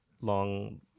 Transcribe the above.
long